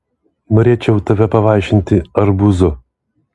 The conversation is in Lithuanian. norėčiau tave pavaišinti arbūzu